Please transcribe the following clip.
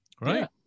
right